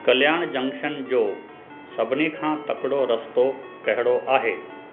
कल्याण junction जो सभिनी खां तकिड़ो रस्तो कहिड़ो आहे